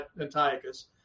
Antiochus